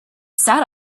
sat